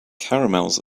caramels